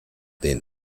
den